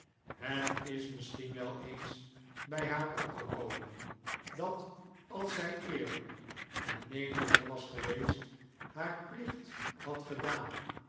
het is misschien wel eens bij haar opgekomen dat als zij eerlijk en nederig was geweest haar plicht had gedaan